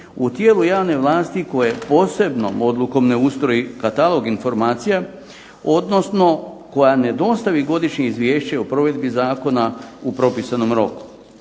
u tijelu javne vlasti koje posebnom odlukom ne ustroji katalog informacija, odnosno koja ne dostavi godišnje izvješće o provedbi zakona u propisanom roku.